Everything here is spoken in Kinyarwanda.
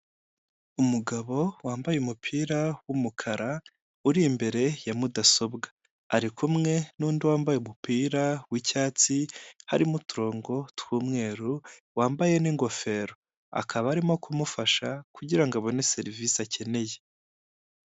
Umugabo wambaye umupira w'umukara, uri imbere ya mudasobwa. Ari kumwe n'undi wambaye umupira w'icyatsi, harimo uturongo tw'umweru wambaye n'ingofero. Akaba arimo kumufasha kugira ngo abone serivisi akeneye.